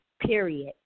period